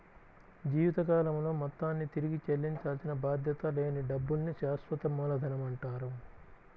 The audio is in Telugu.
జీవితకాలంలో మొత్తాన్ని తిరిగి చెల్లించాల్సిన బాధ్యత లేని డబ్బుల్ని శాశ్వత మూలధనమంటారు